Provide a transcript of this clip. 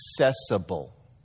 accessible